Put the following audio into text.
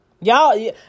Y'all